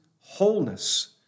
wholeness